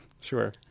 Sure